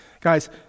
Guys